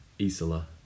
Isola